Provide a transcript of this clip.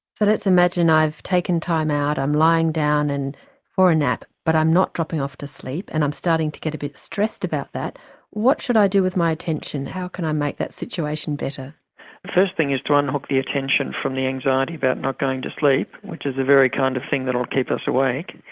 so let's imagine i've taken time out, i'm lying down and for a nap but i'm not dropping off to sleep and i'm starting to get a bit stressed about that. what should i do with my attention, how can i make that situation better? the first thing is to unhook the attention from the anxiety about not going to sleep, which is the very kind of thing that will keep us awake,